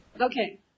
Okay